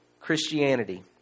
Christianity